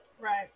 Right